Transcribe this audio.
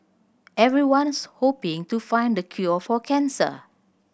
everyone's hoping to find the cure for cancer